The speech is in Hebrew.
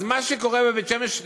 אז מה שקורה בבית שמש,